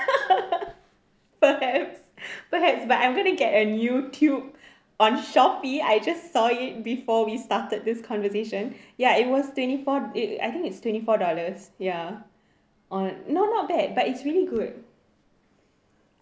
perhaps perhaps but I'm gonna get on YouTube on Shopee I just saw it before we started this conversation ya it was twenty four it I think it's twenty four dollars ya on no not bad but it's really good